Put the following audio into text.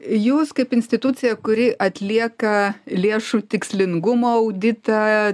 jūs kaip institucija kuri atlieka lėšų tikslingumo auditą